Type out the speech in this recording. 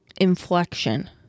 inflection